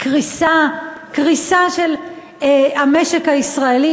קריסה של המשק הישראלי,